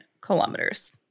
kilometers